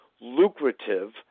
lucrative